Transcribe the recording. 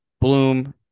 Bloom